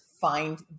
find